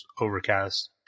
overcast